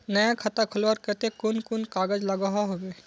नया खाता खोलवार केते कुन कुन कागज लागोहो होबे?